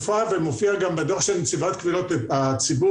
מופיעה גם בדוח של נציבת קבילות הציבור